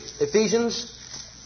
Ephesians